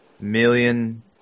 million